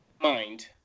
mind